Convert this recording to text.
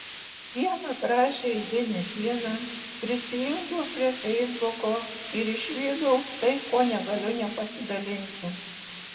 vieną gražią eilinę dieną prisijungiau prie feisbuko ir išvydau tai kuo negaliu nepasidalinti